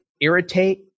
irritate